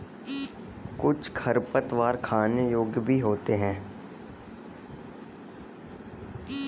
कुछ खरपतवार खाने योग्य भी होते हैं